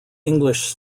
english